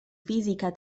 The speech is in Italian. fisica